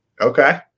Okay